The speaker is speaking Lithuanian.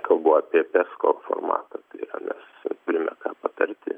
kalbu apie pesko formata tai yra turime ten patarti